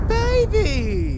baby